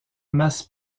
masse